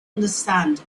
understand